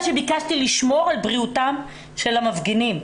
שביקשתי לשמור על בריאותם של המפגינים.